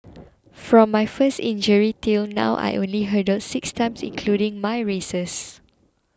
from my first injury till now I only hurdled six times including my races